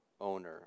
owner